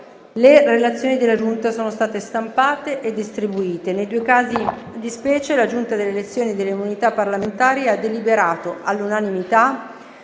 e delle immunità parlamentari sono state già stampate e distribuite. Nei due casi di specie la Giunta delle elezioni e delle immunità parlamentari ha deliberato, all'unanimità,